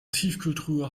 tiefkühltruhe